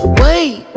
wait